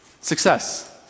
success